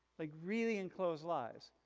like really enclose lives.